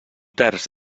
terç